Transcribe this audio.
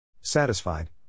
Satisfied